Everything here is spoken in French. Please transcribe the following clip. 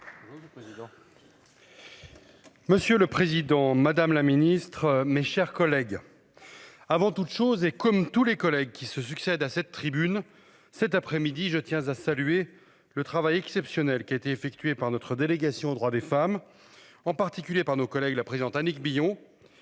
Monsieur le Président Madame la Ministre, mes chers collègues. Avant toute chose et comme tous les collègues qui se succèdent à cette tribune cet après-midi je tiens à saluer le travail exceptionnel qui a été effectué par notre délégation aux droits des femmes, en particulier par nos collègues la présente Annick Billon.